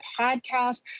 podcast